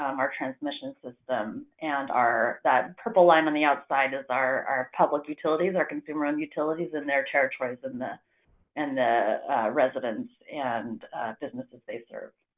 um our transmission system. and that purple line on the outside is our public utilities, our consumer-owned utilities and their territories in the and the residents and businesses they serve.